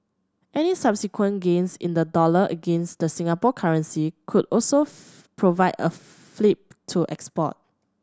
any subsequent gains in the dollar against the Singapore currency could also provide a fillip to exports